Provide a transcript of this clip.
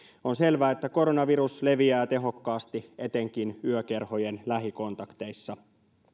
on selvää että koronavirus leviää tehokkaasti etenkin yökerhojen lähikontakteissa